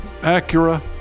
Acura